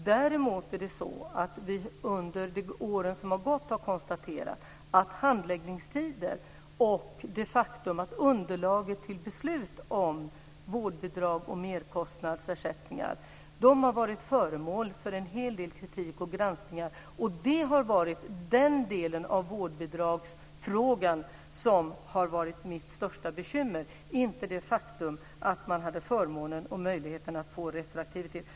Däremot är det så att vi under åren som har gått har konstaterat att handläggningstider och det faktum att underlaget till beslut om vårdbidrag och merkostnadsersättningar har varit föremål för en hel del kritik och granskningar, och den delen av vårdbidragsfrågan har varit mitt största bekymmer, inte det faktum att man hade förmånen och möjligheten att få retroaktivitet.